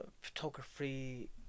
photography